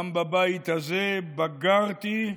גם בבית הזה בגרתי,